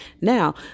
Now